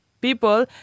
people